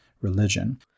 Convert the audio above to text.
religion